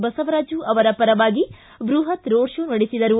ಬಸವರಾಜು ಅವರ ಪರವಾಗಿ ಬೃಹತ್ ರೋಡ್ ಶೋ ನಡೆಸಿದರು